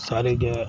ಸಾರಿಗೆ